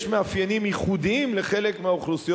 יש מאפיינים ייחודיים לחלק מהאוכלוסיות